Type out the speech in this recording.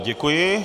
Děkuji.